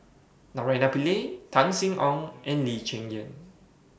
Naraina Pillai Tan Sin Aun and Lee Cheng Yan